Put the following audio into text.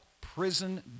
prison